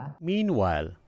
Meanwhile